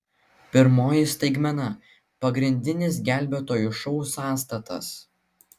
pirmoji staigmena pagrindinis gelbėtojų šou sąstatas